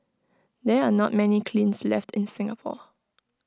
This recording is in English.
there are not many kilns left in Singapore